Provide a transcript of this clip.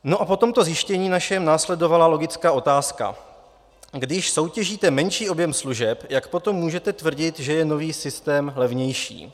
Po tomto našem zjištění následovala logická otázka: Když soutěžíte menší objem služeb, jak potom můžete tvrdit, že je nový systém levnější?